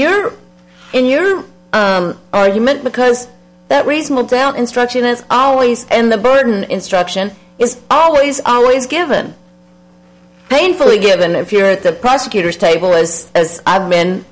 your in your argument because that reasonable doubt instruction is always and the burden instruction is always always given painfully given if you're at the prosecutor's table was as i've